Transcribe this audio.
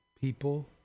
people